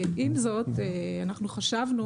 עם זאת, חשבנו